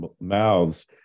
mouths